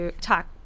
talk